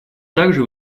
также